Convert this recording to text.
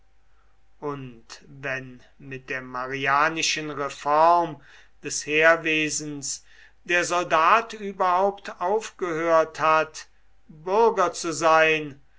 und wenn mit der marianischen reform des heerwesens der soldat überhaupt aufgehört hat bürger zu sein